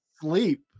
sleep